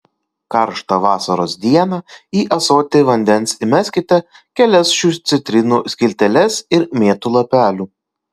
karštą vasaros dieną į ąsotį vandens įmeskite kelias šių citrinų skilteles ir mėtų lapelių